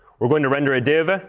we're going to render a div. ah